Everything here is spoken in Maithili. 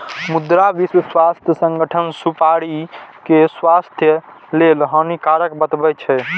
मुदा विश्व स्वास्थ्य संगठन सुपारी कें स्वास्थ्य लेल हानिकारक बतबै छै